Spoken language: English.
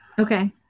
Okay